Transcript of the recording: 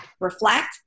reflect